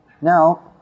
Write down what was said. Now